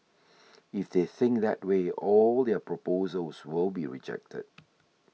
if they think that way all their proposals will be rejected